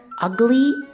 Ugly